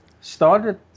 started